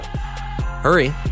Hurry